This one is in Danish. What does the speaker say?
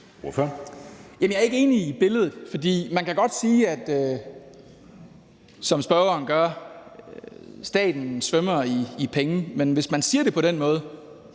jeg er ikke enig i billedet, for man kan godt sige, som spørgeren gør, at staten svømmer i penge, men hvis man siger det på den måde,